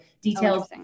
details